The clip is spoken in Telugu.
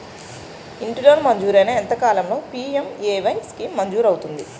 ఇంటి లోన్ మంజూరైన ఎంత కాలంలో పి.ఎం.ఎ.వై స్కీమ్ మంజూరు అవుతుంది?